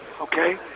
okay